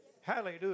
hallelujah